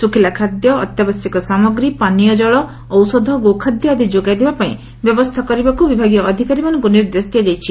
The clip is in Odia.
ଶୁଖ୍ଲା ଖାଦ୍ୟ ଅତ୍ୟାବଶ୍ୟକ ସାମଗ୍ରୀ ପାନୀୟ ଜଳ ଔଷଧ ଗୋଖାଦ୍ୟ ଆଦି ଯୋଗାଇ ଦେବା ପାଇଁ ବ୍ୟବସ୍ଥା କରିବାକୁ ବିଭାଗୀୟ ଅଧ୍କାରୀମାନଙ୍ଙୁ ନିର୍ଦ୍ଦେଶ ଦିଆଯାଇଛି